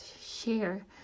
share